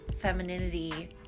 femininity